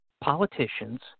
politicians